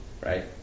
Right